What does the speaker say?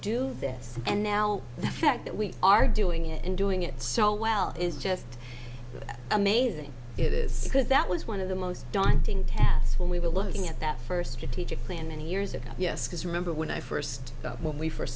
do this and now the fact that we are doing it and doing it so well is just amazing it is because that was one of the most daunting when we were looking at that first year teacher plan many years ago yes because remember when i first when we first